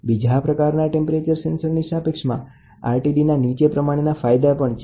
બીજા પ્રકારના ટેમ્પરેચર સેન્સર્સની સાપેક્ષમાં RTDના નીચે પ્રમાણેના ફાયદા છે